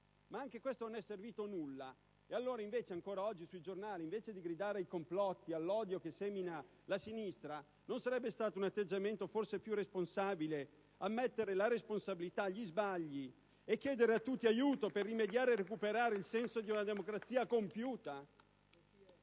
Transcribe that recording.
Ma anche questo non è servito a nulla e, invece di gridare ancora oggi sui giornali ai complotti e all'odio che semina la sinistra, non sarebbe stato un atteggiamento forse più responsabile ammettere gli sbagli e chiedere a tutti aiuto per rimediare e recuperare il senso di una democrazia compiuta?